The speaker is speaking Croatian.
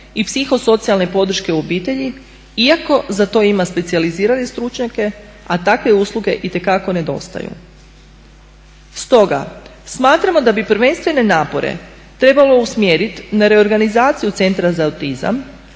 i psihosocijalne podrške u obitelji iako za to ima specijalizirane stručnjake, a takve usluge itekako nedostaju. Stoga smatramo da bi prvenstvene napore trebalo usmjeriti na reorganizaciju Centra za autizam